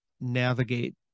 navigate